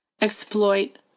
exploit